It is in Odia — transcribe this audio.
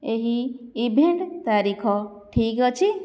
ଏହି ଇଭେଣ୍ଟ ତାରିଖ ଠିକ୍ ଅଛି